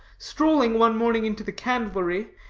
strolling one morning into the candlery,